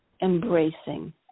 embracing